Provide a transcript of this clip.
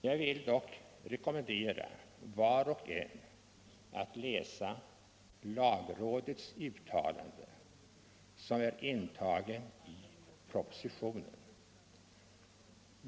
Jag vill dock rekommendera var och en att läsa lagrådets uttalande, som är intaget i propositionen.